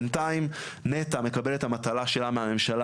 בינתיים נת"ע מקבלת את המטלה שלה מהממשלה